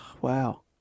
Wow